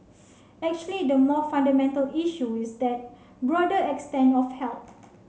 actually the more fundamental issue is that broader extent of help